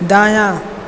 दायाँ